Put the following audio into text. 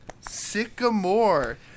Sycamore